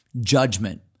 judgment